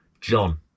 John